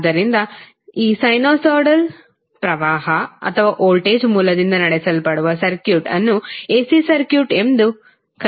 ಆದ್ದರಿಂದ ಈ ಸೈನುಸೈಡಲ್ ಪ್ರವಾಹ ಅಥವಾ ವೋಲ್ಟೇಜ್ ಮೂಲದಿಂದ ನಡೆಸಲ್ಪಡುವ ಸರ್ಕ್ಯೂಟ್ ಅನ್ನು ಎಸಿ ಸರ್ಕ್ಯೂಟ್ ಎಂದು ಕರೆಯಲಾಗುತ್ತದೆ